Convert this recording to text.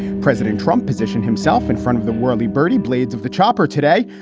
president trump positioned himself in front of the worli birdie blades of the chopper today.